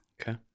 Okay